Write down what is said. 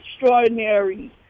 extraordinary